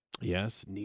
Yes